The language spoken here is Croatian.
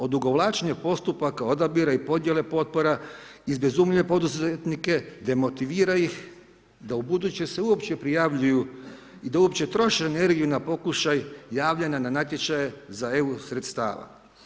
Odugovlačenje postupaka odabira i podjele potpora izbezumljuje poduzetnike, demotivira ih da u ubuduće se uopće prijavljuju i da uopće troše energiju na pokušaj javljanja na natječaje za EU sredstva.